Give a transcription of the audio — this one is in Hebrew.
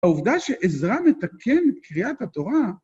העובדה שעזרא מתקן קריאת התורה